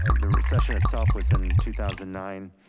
ah the recession itself was in two thousand nine.